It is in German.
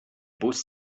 bus